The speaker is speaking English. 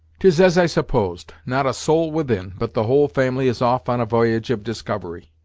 tis as i supposed not a soul within, but the whole family is off on a v'y'ge of discovery!